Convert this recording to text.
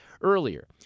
earlier